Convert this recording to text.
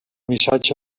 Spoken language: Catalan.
missatge